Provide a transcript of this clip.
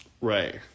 Right